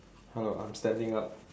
hello I'm standing up